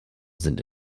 sind